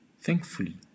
Thankfully